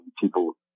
people